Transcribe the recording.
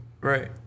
right